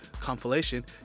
compilation